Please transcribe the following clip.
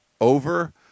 over